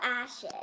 ashes